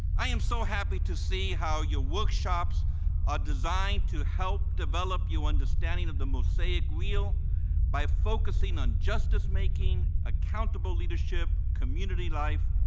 i am so happy to see how your workshops are designed to help development your understanding of the mosaic real by focusing on justice making, accountable leadership, community life,